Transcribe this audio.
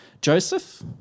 Joseph